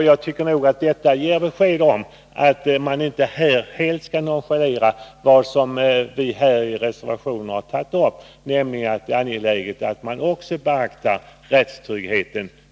Jag tycker att detta visar att man inte helt bör nonchalera det som vi tagit upp i reservationen, nämligen att det också är angeläget att man beaktar rättstryggheten.